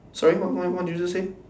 sorry what what what do you just say